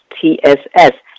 TSS